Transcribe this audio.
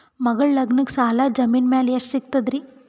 ಮಗಳ ಲಗ್ನಕ್ಕ ಸಾಲ ಜಮೀನ ಮ್ಯಾಲ ಎಷ್ಟ ಸಿಗ್ತದ್ರಿ?